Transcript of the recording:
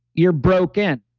you're broken.